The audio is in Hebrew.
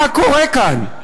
מה קורה כאן?